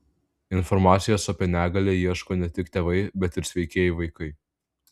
informacijos apie negalią ieško ne tik tėvai bet ir sveikieji vaikai